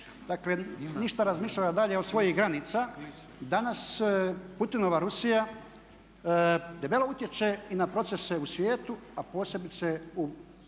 dakle ništa razmišljala dalje od svojih granica. Danas Putinova Rusija debelo utječe i na procese u svijetu a posebice u